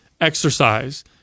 exercise